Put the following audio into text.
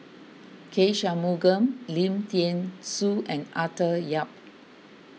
K Shanmugam Lim thean Soo and Arthur Yap